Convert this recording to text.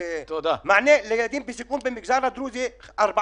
מענה לילדים בסיכון במגזר הדרוזי 4